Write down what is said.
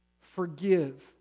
Forgive